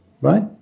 right